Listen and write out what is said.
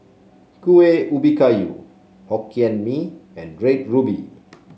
Kueh Ubi Kayu Hokkien Mee and Red Ruby